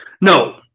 No